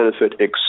benefit